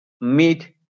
meet